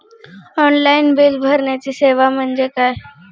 Online bill भरण्याची सेवा म्हणजे काय?